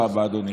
תודה רבה, אדוני.